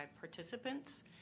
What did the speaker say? participants